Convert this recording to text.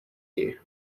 you